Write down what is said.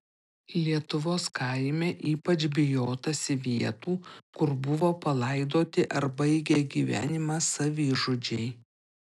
lietuvos kaime ypač bijotasi vietų kur buvo palaidoti ar baigė gyvenimą savižudžiai